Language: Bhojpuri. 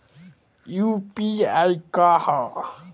यू.पी.आई का ह?